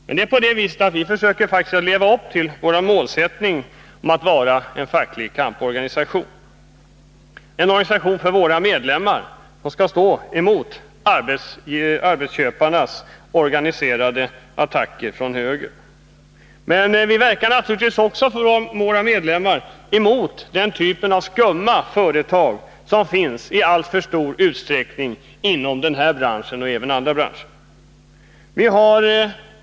Men vi försöker faktiskt leva upp till vår målsättning att vara en facklig kamporganisation, en organisation för våra medlemmar, som skall stå emot arbetsköparnas organiserade attacker från höger. Vi verkar naturligtvis också för våra medlemmar emot den typ av skumma företag som i alltför stor utsträckning finns inom branschen och även inom andra branscher.